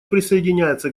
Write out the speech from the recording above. присоединяется